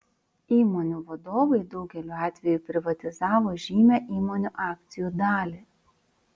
įmonių vadovai daugeliu atveju privatizavo žymią įmonių akcijų dalį